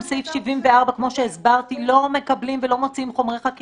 חלק מההסתייגות שלנו מאותה הצעה נוגעת קודם כול בקשר לגורמי האכיפה,